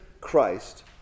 Christ